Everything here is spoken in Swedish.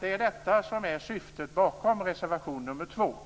Det är detta som är syftet bakom reservation nr 2.